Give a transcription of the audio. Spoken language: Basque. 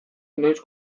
inoiz